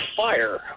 fire